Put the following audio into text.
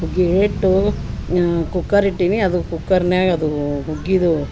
ಹುಗ್ಗಿ ಇಟ್ಟು ನಾ ಕುಕ್ಕರ್ ಇಟ್ಟಿನಿ ಅದು ಕುಕ್ಕರ್ನ್ಯಾಗ ಅದು ಹುಗ್ಗಿದು